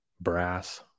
brass